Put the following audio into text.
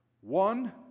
one